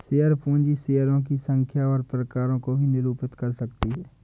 share पूंजी शेयरों की संख्या और प्रकारों को भी निरूपित कर सकती है